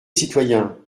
citoyen